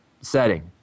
setting